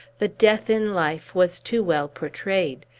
the death-in-life was too well portrayed.